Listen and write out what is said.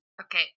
Okay